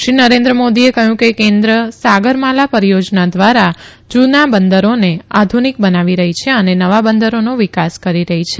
શ્રી નરેન્દ્ર મોદીએ કહ્યું કે કેન્દ્ર સાગરમાલા પરિચોજના દ્વારા જૂના બંદરોને આધુનિક બનાવી રહી છે અને નવા બંદરોનો વિકાસ કરી રઠી છે